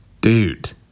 dude